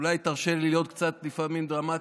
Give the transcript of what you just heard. אולי תרשה לי להיות לפעמים קצת דרמטי: